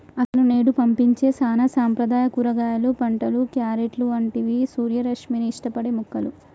అసలు నేడు పండించే సానా సాంప్రదాయ కూరగాయలు పంటలు, క్యారెట్లు అంటివి సూర్యరశ్మిని ఇష్టపడే మొక్కలు